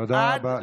תודה רבה.